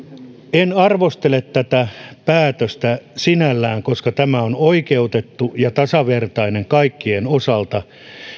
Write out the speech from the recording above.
en arvostele tätä päätöstä sinällään koska tämä on oikeutettu ja tasavertainen kaikkien osalta